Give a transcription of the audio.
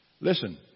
Listen